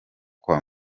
kwa